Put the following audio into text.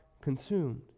consumed